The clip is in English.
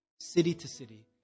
city-to-city